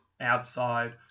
outside